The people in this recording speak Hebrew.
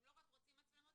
ולא רק רוצים מצלמות,